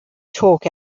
talk